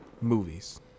movies